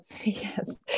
Yes